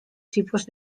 tipos